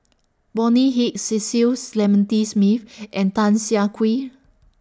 Bonny Hicks Cecil Clementi Smith and Tan Siah Kwee